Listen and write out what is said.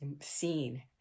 scene